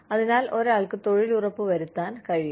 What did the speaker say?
അതിനാൽ ഒരാൾക്ക് തൊഴിൽ ഉറപ്പ് വരുത്താൻ കഴിയും